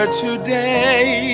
today